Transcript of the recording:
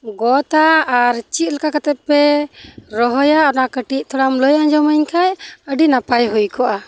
ᱜᱚᱫᱟ ᱟᱨ ᱪᱮᱫ ᱞᱮᱠᱟ ᱠᱟᱛᱮᱫ ᱯᱮ ᱨᱚᱦᱚᱭᱟ ᱚᱱᱟ ᱠᱟᱹᱴᱤᱡ ᱛᱷᱚᱲᱟᱢ ᱞᱟᱹᱭ ᱟᱡᱚᱢᱟᱹᱧ ᱠᱷᱟᱱ ᱟᱹᱰᱤ ᱱᱟᱯᱟᱭ ᱦᱩᱭ ᱠᱚᱜᱼᱟ